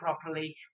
properly